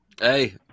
Hey